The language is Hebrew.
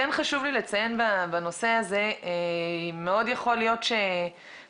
חשוב לי לציין בנושא הזה שמאוד יכול להיות שהמועצה